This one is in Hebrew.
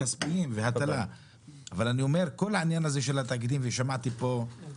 אבל בכל זאת אני אומר תעריפי המים גבוהים ועכשיו גם יש התייקרות